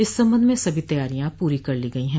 इस संबंध में सभी तैयारियां पूरी कर ली गई है